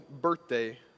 birthday